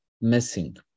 missing